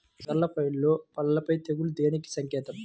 చేగల పైరులో పల్లాపై తెగులు దేనికి సంకేతం?